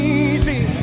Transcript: easy